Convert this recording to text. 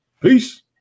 Peace